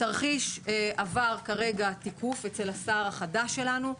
התרחיש עבר כרגע תיקוף אצל השר החדש שלנו.